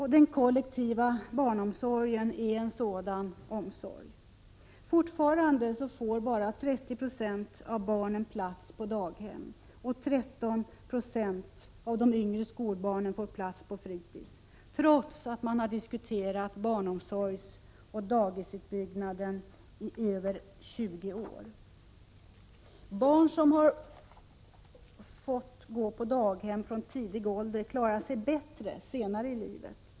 Den kollektiva barnomsorgen är en sådan omsorg. Fortfarande får bara 30 70 av barnen plats på daghem och 13 96 av de yngre skolbarnen på fritidshem, trots att man har diskuterat barnomsorgsutbyggnaden i över 20 år. Barn som från tidig ålder har fått gå på daghem klarar sig bättre senare i livet.